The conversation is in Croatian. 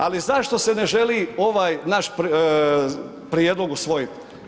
Ali, zašto se ne želi ovaj naš prijedlog usvojiti?